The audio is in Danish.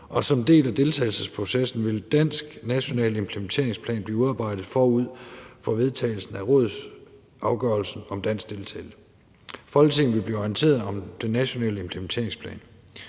en del af deltagelsesprocessen vil en dansk national implementeringsplan blive udarbejdet forud for vedtagelsen af rådsafgørelsen om dansk deltagelse. Folketinget vil blive orienteret om den nationale implementeringsplan.